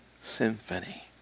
symphony